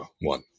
One